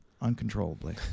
uncontrollably